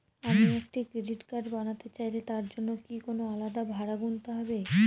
আমি একটি credit card বানাতে চাইলে তার জন্য কি কোনো আলাদা ভাড়া গুনতে হবে?